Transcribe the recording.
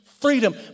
Freedom